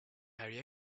very